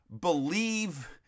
believe